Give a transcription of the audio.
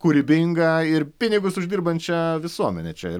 kūrybingą ir pinigus uždirbančią visuomenę čia ir